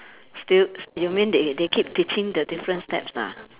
still you mean they they keep teaching the different steps lah